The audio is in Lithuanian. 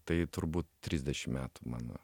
tai turbūt trisdešim metų mano